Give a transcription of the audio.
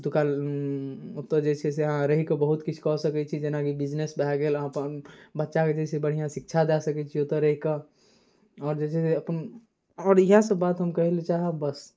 ओतुका ओतऽ जे छै से अहाँ रहिकऽ बहुत किछु कऽ सकै छी जेनाकि बिजनेस भऽ गेल अपन बच्चाके जे छै से बढ़िआँ शिक्षा दऽ सकै छी ओतऽ रहिकऽ आओर जे छै से अपन आओर इएहसब बात हम कहैलए चाहब बस